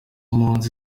mpunzi